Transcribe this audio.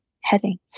heading